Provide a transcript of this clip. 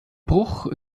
bruch